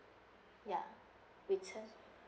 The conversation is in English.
ya returns